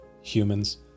humans